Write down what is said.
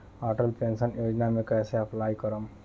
Atal pension योजना मे कैसे अप्लाई करेम?